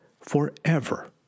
forever